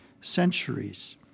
centuries